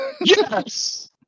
Yes